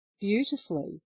beautifully